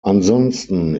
ansonsten